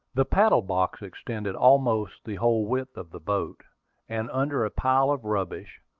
the paddle-box extended almost the whole width of the boat and under a pile of rubbish,